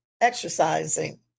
exercising